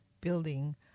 building